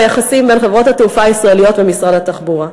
והיחסים בין חברות התעופה הישראליות ומשרד התחבורה: